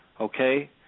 okay